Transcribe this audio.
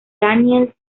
daniels